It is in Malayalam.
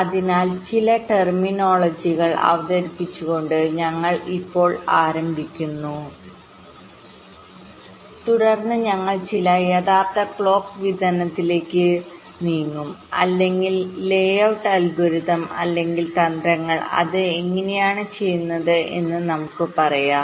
അതിനാൽ ചില ടെർമിനോളജികൾഅവതരിപ്പിച്ചുകൊണ്ട് ഞങ്ങൾ ഇപ്പോൾ ആരംഭിക്കുന്നു തുടർന്ന് ഞങ്ങൾ ചില യഥാർത്ഥ ക്ലോക്ക് വിതരണത്തിലേക്ക് നീങ്ങും അല്ലെങ്കിൽ ലേഔട്ട് അൽഗോരിതം അല്ലെങ്കിൽ തന്ത്രങ്ങൾ അത് എങ്ങനെയാണ് ചെയ്യുന്നത് എന്ന് നമുക്ക് പറയാം